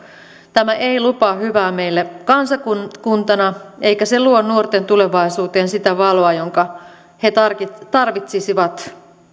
tämä ei lupaa hyvää meille kansakuntana eikä se luo nuorten tulevaisuuteen sitä valoa jonka he tarvitsisivat